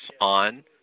on